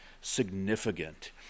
significant